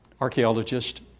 archaeologist